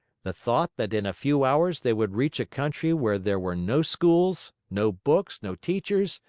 the thought that in a few hours they would reach a country where there were no schools, no books, no teachers,